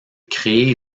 créée